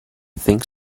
think